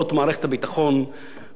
אני אומר לחבר הכנסת שנלר,